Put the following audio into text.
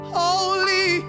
holy